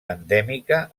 endèmica